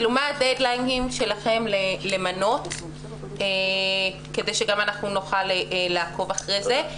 מה הדד-ליינים שלכם למנות כדי שגם אנחנו נוכל לעקוב אחרי זה?